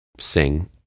Sing